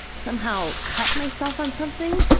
somehow cut myself on something.